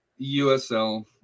USL